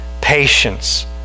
patience